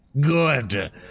Good